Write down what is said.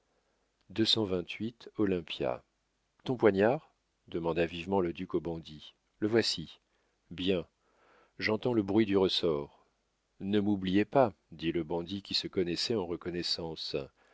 olympia ton poignard demanda vivement le duc au bandit le voici bien j'entends le bruit du ressort ne m'oubliez pas dit le bandit qui se connaissait en reconnaissance